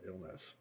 illness